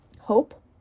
hope